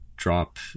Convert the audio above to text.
drop